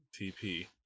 TP